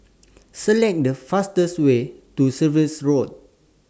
Select The fastest Way to Surrey Road